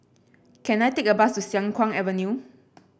can I take a bus to Siang Kuang Avenue